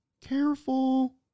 careful